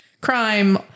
crime